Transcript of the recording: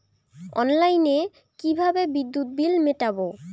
অনলাইনে কিভাবে বিদ্যুৎ বিল মেটাবো?